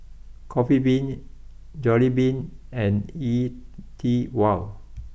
Coffee Bean Jollibean and E T Wow